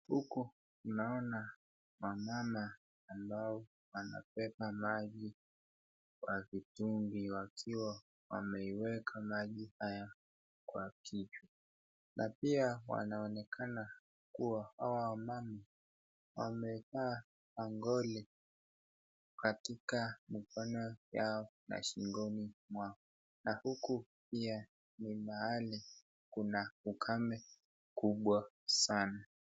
Naona wamama ambao wanabeba maji kwa mitungi ,wakiwa wameiweka maji haya kwa kichwa. Na pia wanaonekana kuwa hawa wamama wamevaa bangoli katika mikono yao na shingoni mwao. Na huku pia ni mahali kuna ukame kubwa sana.